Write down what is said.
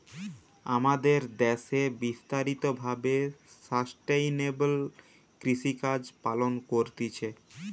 আমাদের দ্যাশে বিস্তারিত ভাবে সাস্টেইনেবল কৃষিকাজ পালন করতিছে